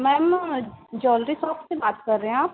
ma'am jewellery shop से बात कर रहे आप